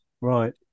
Right